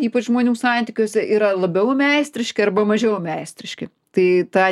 ypač žmonių santykiuose yra labiau meistriški arba mažiau meistriški tai tą